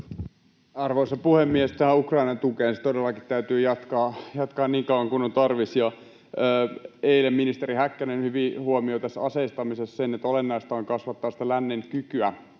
Arvoisa puhemies! Tähän Ukrainan tukeen. Sitä todellakin täytyy jatkaa niin kauan kuin on tarvis. Eilen ministeri Häkkänen hyvin huomioi tässä aseistamisessa sen, että olennaista on kasvattaa lännen kykyä